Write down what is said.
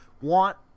want